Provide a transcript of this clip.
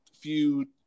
feud